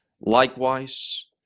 likewise